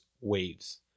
waves